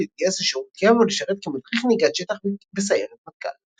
להתגייס לשירות קבע ולשרת כמדריך נהיגת שטח בסיירת מטכ"ל.